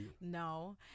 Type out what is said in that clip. No